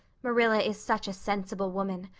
marilla is such a sensible woman.